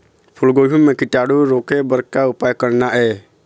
फूलगोभी म कीटाणु रोके बर का उपाय करना ये?